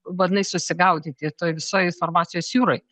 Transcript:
bandai susigaudyti toj visoj informacijos jūroj